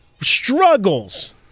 struggles